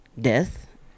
death